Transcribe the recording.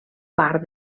part